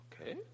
Okay